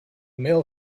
mail